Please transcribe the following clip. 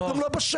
הוא גם לא בשל.